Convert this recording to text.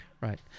Right